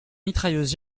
mitrailleuse